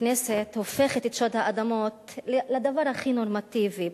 הכנסת הופכת את שוד האדמות לדבר הכי נורמטיבי,